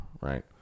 right